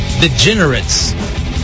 Degenerates